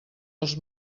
els